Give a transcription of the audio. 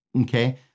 Okay